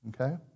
okay